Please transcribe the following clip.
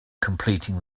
completing